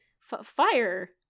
Fire